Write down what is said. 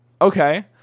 okay